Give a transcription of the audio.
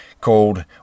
Called